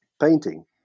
painting